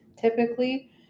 typically